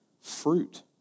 fruit